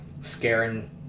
scaring